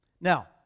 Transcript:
Now